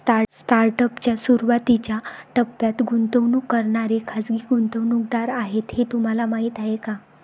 Startup च्या सुरुवातीच्या टप्प्यात गुंतवणूक करणारे खाजगी गुंतवणूकदार आहेत हे तुम्हाला माहीत आहे का?